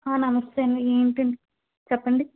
ఆ నమస్తే అండి ఏం తిం చెప్పండి